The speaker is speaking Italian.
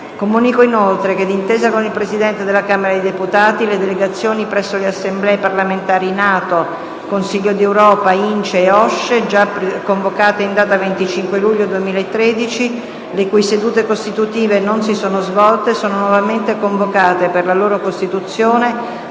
Comunico inoltre che, d'intesa con il Presidente della Camera dei deputati, le delegazioni presso le Assemblee parlamentari NATO, Consiglio d'Europa, INCE e OSCE, già convocate in data 25 luglio 2013 - le cui sedute costitutive non si sono svolte - sono nuovamente convocate per la loro costituzione,